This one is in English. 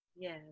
Yes